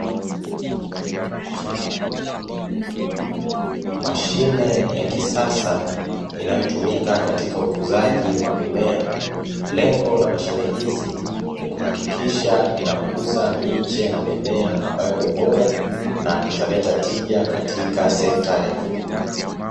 Mashine ya kisasa inayotumika katika ukuzaji wa mimea lengo la mashine hizi ni kuhakikisha inakuza miche na mimea ambayo ni bora na italeta tija katika sekta ya kilimo.